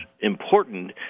important